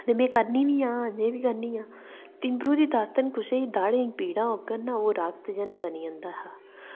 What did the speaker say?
ते करनी बी आं अजें बी करनी आं तिंबरू दी दातन तुसेंगी पीड़ां होङन ना ओह् रक्त जन बनी जंदा